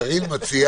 אני מציע